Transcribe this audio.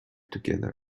together